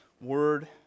Word